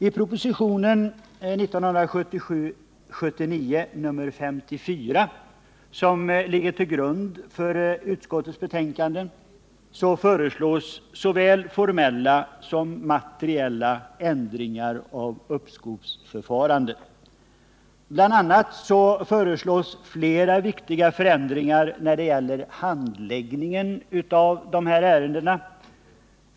I propositionen 1978/79:54, som ligger till grund för utskottets betänkande, föreslås såväl formella som materiella ändringar av uppskovsförfarandet. Bl. a. föreslås flera viktiga förändringar när det gäller handläggningen av dessa ärenden.